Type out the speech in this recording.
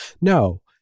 No